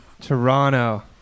Toronto